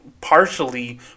partially